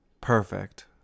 Perfect